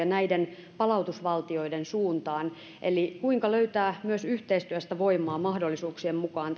keskusteluja näiden palautusvaltioiden suuntaan kuinka löytää tässä voimaa mahdollisuuksien mukaan